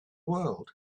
world